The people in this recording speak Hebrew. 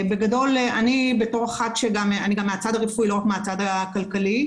אני גם מהצד הרפואי ולא רק מהצד הכלכלי,